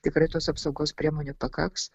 tikrai tos apsaugos priemonių pakaks